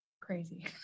crazy